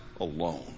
alone